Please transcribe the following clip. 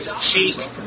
cheek